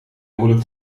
moeilijk